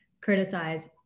criticize